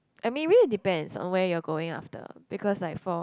I mean it really depends on where you're going after because like for